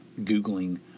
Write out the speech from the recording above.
googling